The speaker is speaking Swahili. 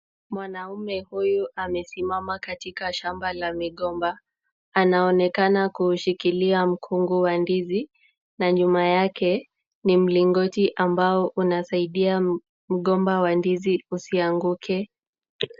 Mwanaume huyu amesimama katika shamba la migomba. Anaonekana kuushikilia mkungu wa ndizi na nyuma yake, ni mlingoti ambao unasaidia mgomba wa ndizi usianguke.